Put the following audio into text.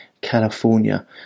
California